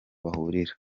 bahurira